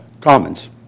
Commons